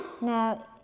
Now